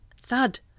THUD